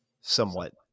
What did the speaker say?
somewhat